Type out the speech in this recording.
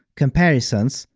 comparisons,